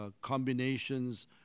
combinations